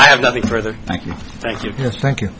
i have nothing further thank you thank you for thank you